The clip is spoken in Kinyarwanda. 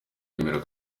yemera